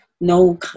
no